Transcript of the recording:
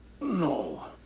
No